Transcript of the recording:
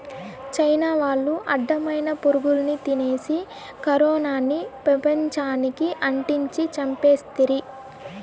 China వాళ్లు అడ్డమైన పురుగుల్ని తినేసి కరోనాని పెపంచానికి అంటించి చంపేస్తిరి